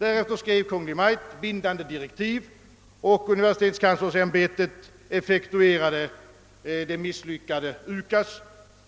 Därefter skrev Kungl. Maj:t bindande direktiv, och universitetskanslersämbetet effektuerade det misslyckade UKAS,